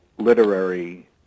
literary